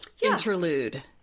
interlude